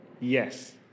Yes